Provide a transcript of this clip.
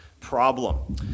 problem